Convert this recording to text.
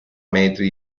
metri